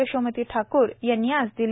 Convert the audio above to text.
यशोमती ठाकूर यांनी आज दिले